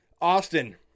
Austin